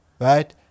right